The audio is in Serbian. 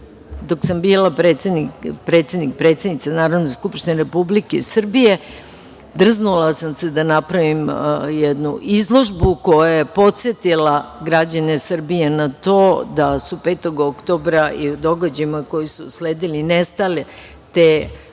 nas. Dok sam bila predsednica Narodne skupštine Republike Srbije drzula sam se da napravim jednu izložbu koja je podsetila građane Srbije na to da su 5. oktobra i događajima koji su usledili nestale te